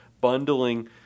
bundling